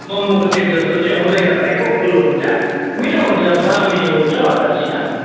मोमोको सेप जस्तो चाहिँ हुँदैन गोलो हुन्छ मिठो हुन्छ बडा मिठो हुन्छ अचारसँग